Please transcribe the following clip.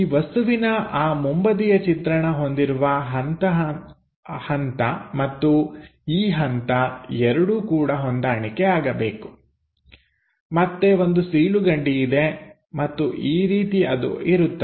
ಈ ವಸ್ತುವಿನ ಆ ಮುಂಬದಿಯ ಚಿತ್ರಣ ಹೊಂದಿರುವ ಹಂತ ಮತ್ತು ಈ ಹಂತ ಎರಡೂ ಕೂಡ ಹೊಂದಾಣಿಕೆ ಆಗಬೇಕು ಮತ್ತೆ ಒಂದು ಸೀಳುಗಂಡಿ ಇದೆ ಮತ್ತು ಈ ರೀತಿ ಅದು ಇರುತ್ತದೆ